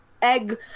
egg